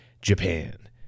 Japan